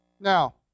Now